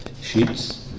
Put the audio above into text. sheets